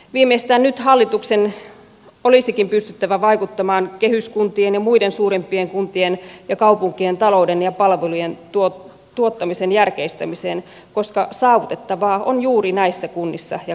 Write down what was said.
viimeistään nyt hallituksen olisikin pystyttävä vaikuttamaan kehyskuntien ja muiden suurimpien kuntien ja kaupunkien talouden ja palvelujen tuottamisen järkeistämiseen koska saavutettavaa on juuri näissä kunnissa ja kaupungeissa